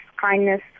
kindness